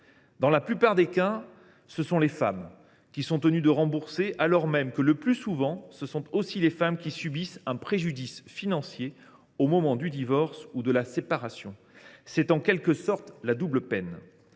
Dans la plupart des cas, ce sont les femmes qui sont tenues de rembourser, alors même que, le plus souvent, ce sont aussi elles qui subissent un préjudice financier au moment du divorce ou de la séparation. C’est en quelque sorte la double peine.